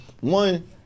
one